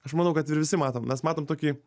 aš manau kad ir visi matom mes matom tokį